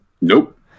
Nope